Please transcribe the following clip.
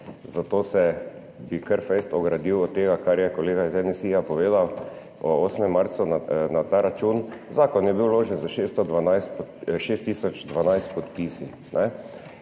zato bi se kar zelo ogradil od tega, kar je kolega iz NSi povedal o 8. marcu na ta račun. Zakon je bil vložen s 6 tisoč 12 podpisi,